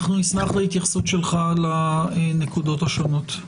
אנחנו נשמח להתייחסות שלך בנקודות השונות.